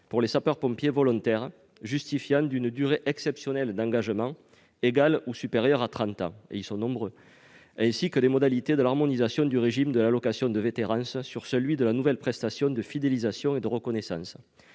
pour les sapeurs-pompiers volontaires justifiant d'une durée exceptionnelle d'engagement égale ou supérieure à trente ans- ils sont nombreux -, ainsi que les modalités de l'harmonisation du régime de l'allocation de vétérance sur celui de la nouvelle prestation de fidélisation et de reconnaissance.